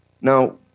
Now